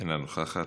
אינה נוכחת,